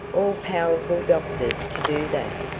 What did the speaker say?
all-powerful doctors to do that.